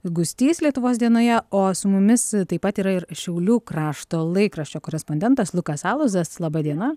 gustys lietuvos dienoje o su mumis taip pat yra ir šiaulių krašto laikraščio korespondentas lukas aluzas laba diena